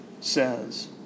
says